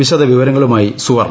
വിശദ വിവരങ്ങളുമായി സുനീഷ്